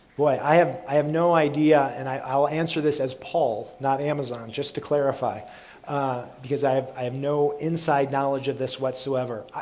boy, i have i have no idea and i'll answer this as paul not amazon just to clarify because i have i have no inside knowledge of this whatsoever.